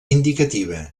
indicativa